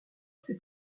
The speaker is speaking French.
c’est